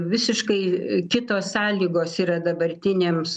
visiškai kitos sąlygos yra dabartiniams